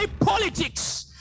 politics